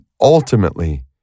ultimately